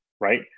right